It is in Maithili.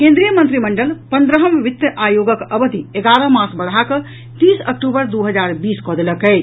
केन्द्रीय मंत्रिमंडल पंद्रहम वित्त आयोगक अवधि एगारह मास बढ़ाकऽ तीस अक्टूबर दू हजार बीस कऽ देलक अछि